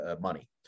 money